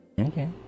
Okay